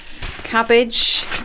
cabbage